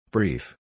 Brief